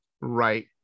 right